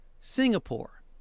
Singapore